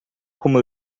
como